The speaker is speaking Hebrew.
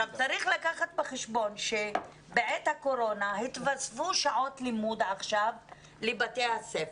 צריך לקחת בחשבון שבעת הקורונה התווספו שעות לימוד לבתי הספר.